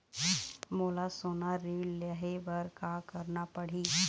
मोला सोना ऋण लहे बर का करना पड़ही?